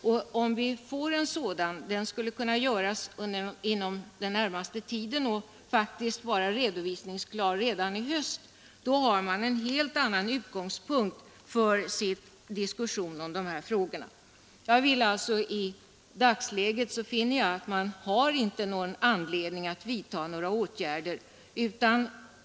Den undersökningen, som skulle kunna göras inom den närmaste tiden och vara redovisningsklar redan i höst, skulle ge oss en helt annan utgångspunkt för diskussionen om dessa frågor. I dagsläget finner jag det inte vara anledning att vidta några åtgärder.